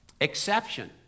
exception